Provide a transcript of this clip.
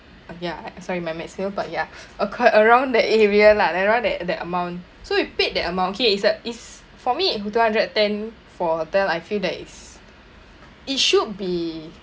ya sorry my maths fail but ya occurred around the area lah around that that amount so we paid that amount okay it's a it's for me who two hundred and ten for hotel I feel that is it should be